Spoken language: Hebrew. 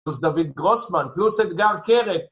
פלוס דוד גרוסמן, פלוס אדגר קרת